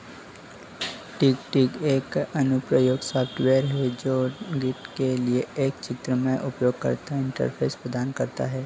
TIG Tig एक अनुप्रयोग software है जो गिट के लिए एक चित्रमय उपयोगकर्ता इंटरफेस प्रदान करता है